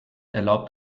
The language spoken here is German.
erlaubt